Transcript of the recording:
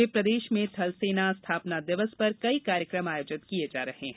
पूरे प्रदेश में थलसेना स्थापना दिवस पर कई कार्यकम आयोजित किये जा रहे हैं